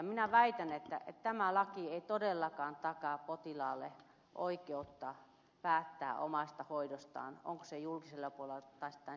minä väitän että tämä laki ei todellakaan takaa potilaalle oikeutta päättää omasta hoidostaan siitä onko se julkisella puolella vai tämän setelin kautta